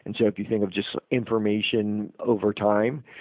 and so if you think of just information overtime,